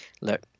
look